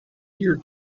year